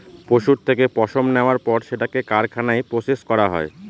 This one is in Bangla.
পশুর থেকে পশম নেওয়ার পর সেটাকে কারখানায় প্রসেস করা হয়